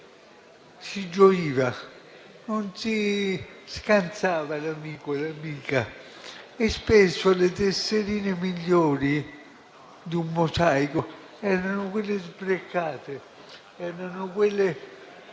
si gioiva, non si scansava l'amico o l'amica e spesso le tesserine migliori di un mosaico erano quelle sbreccate, scolpite